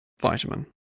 vitamin